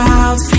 out